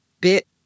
bit